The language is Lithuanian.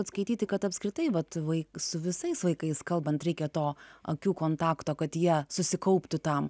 kad skaityti kad apskritai vat vaikui su visais vaikais kalbant reikia to akių kontakto kad jie susikauptų tam